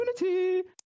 Unity